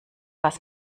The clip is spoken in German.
was